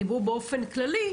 דיברו באופן כללי.